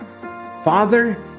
Father